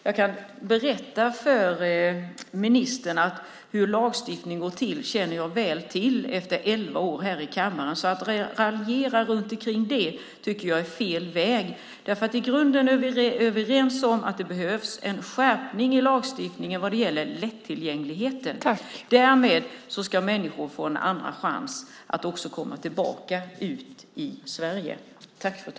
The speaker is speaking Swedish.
Jag kan berätta för ministern att jag efter elva år i kammaren väl känner till hur lagstiftningen går till. Att raljera om det tycker jag är fel väg att gå. I grunden är vi överens om att det behövs en skärpning av lagstiftningen vad gäller lättillgängligheten. Därmed kan människor få en andra chans att komma tillbaka i samhället.